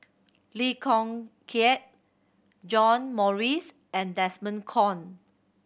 Lee Kong Kiat John Morrice and Desmond Kon